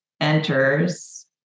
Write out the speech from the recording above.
enters